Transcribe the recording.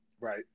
Right